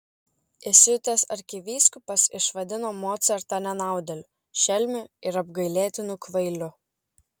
įsiutęs arkivyskupas išvadino mocartą nenaudėliu šelmiu ir apgailėtinu kvailiu